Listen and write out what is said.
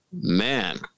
Man